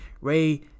Ray